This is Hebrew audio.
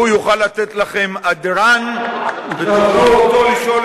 הוא יוכל לתת לכם הדרן ותוכלו לשאול